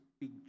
big